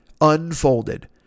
unfolded